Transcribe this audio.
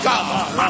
God